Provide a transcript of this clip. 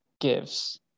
gives